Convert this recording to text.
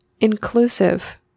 inclusive